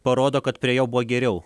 parodo kad prie jo buvo geriau